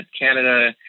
Canada